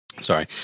Sorry